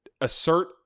assert